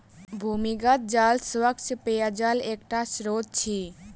भूमिगत जल स्वच्छ पेयजलक एकटा स्त्रोत अछि